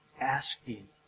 asking